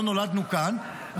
לא נולדנו כאן,